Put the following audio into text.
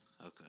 Okay